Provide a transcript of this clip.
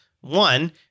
one